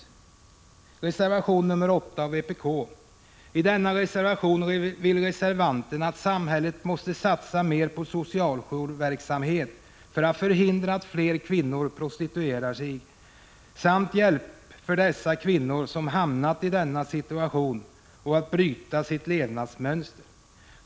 I reservation 8 av vpk skriver reservanten att samhället måste satsa mer på social jourverksamhet för att förhindra att flera kvinnor prostituerar sig samt för att hjälpa de kvinnor som hamnat i denna situation att bryta sitt levnadsmönster.